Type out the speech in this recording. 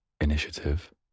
initiative